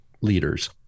leaders